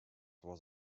was